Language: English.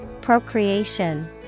Procreation